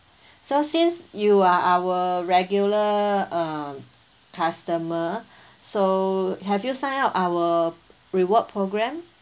so since you are our regular uh customer so have you sign up our reward program